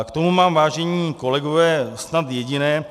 K tomu mám, vážení kolegové, snad jediné.